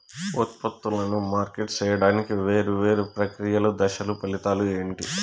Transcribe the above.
ఉత్పత్తులను మార్కెట్ సేయడానికి వేరువేరు ప్రక్రియలు దశలు ఫలితాలు ఏంటి?